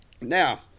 now